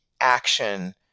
action